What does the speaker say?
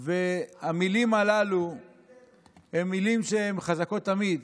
המילים הללו הן מילים שהן חזקות תמיד,